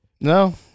No